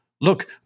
look